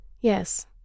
Yes